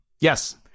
Yes